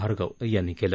भार्गव यांनी केलं